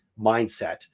mindset